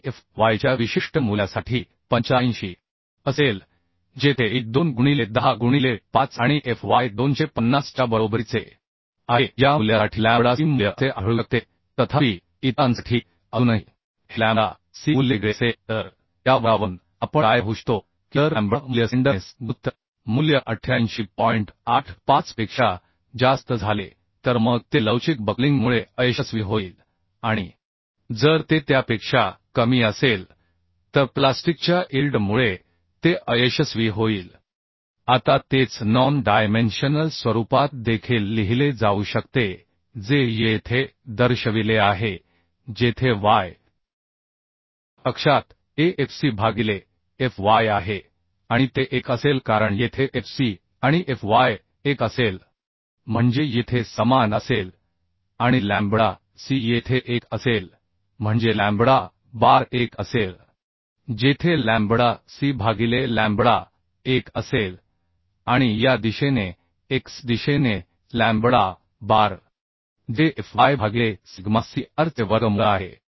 E आणि F वायच्या विशिष्ट मूल्यासाठी 85 असेल जेथे ई 2 गुणिले 10 गुणिले 5 आणि एफ वाय 250 च्या बरोबरीचे आहे या मूल्यासाठी लॅम्बडा सी मूल्य असे आढळू शकते तथापि इतरांसाठी अजूनही हे लॅम्बडा सी मूल्य वेगळे असेल तर या वक्रावरून आपण काय पाहू शकतो की जर लॅम्बडा मूल्य स्लेंडरनेस गुणोत्तर मूल्य 88 पेक्षा जास्त झाले तर 85 मग ते लवचिक बक्लिंगमुळे अयशस्वी होईल आणि जर ते त्यापेक्षा कमी असेल तर प्लास्टिकच्या इल्ड मुळे ते अयशस्वी होईल आता तेच नॉन डायमेन्शनल स्वरूपात देखील लिहिले जाऊ शकते जे येथे दर्शविले आहे जेथे y अक्षात a f c भागिले f y आहे आणि ते 1 असेल कारण येथे f c आणि f y 1 असेल म्हणजे येथे समान असेल आणि लॅम्बडा c येथे 1 असेल म्हणजे लॅम्बडा बार 1 असेल जेथे लॅम्बडा c भागिले लॅम्बडा 1 असेल आणि या दिशेने x दिशेने लॅम्बडा बार जे f y भागिले सिग्मा c r चे वर्गमूळ आहे